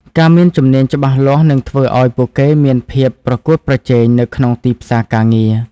ការមានជំនាញច្បាស់លាស់នឹងធ្វើឱ្យពួកគេមានភាពប្រកួតប្រជែងនៅក្នុងទីផ្សារការងារ។